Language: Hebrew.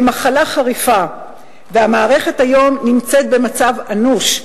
למחלה חריפה, והמערכת היום נמצאת במצב אנוש,